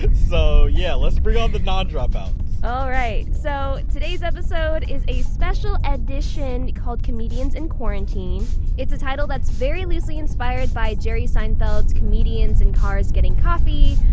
so yeah, let's bring on the non-dropouts alright. so today's episode is a special edishon and called comedians in quarantine. it's a title that's very loosely inspired by jerry seinfeld's comedians in cars getting coffee.